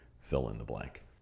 fill-in-the-blank